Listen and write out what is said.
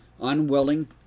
Unwilling